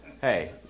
Hey